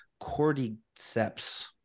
cordyceps